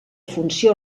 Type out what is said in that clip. funció